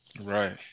Right